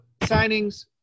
signings